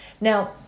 Now